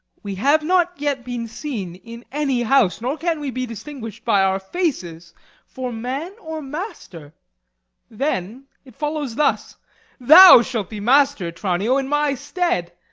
we have not yet been seen in any house, nor can we be distinguish'd by our faces for man or master then it follows thus thou shalt be master, tranio, in my stead,